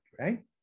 right